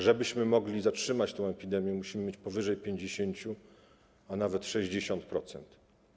Żebyśmy mogli zatrzymać tę epidemię, musimy mieć powyżej 50%, a nawet 60%.